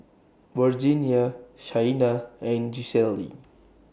Virginia Shaina and Gisselle